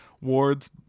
Wards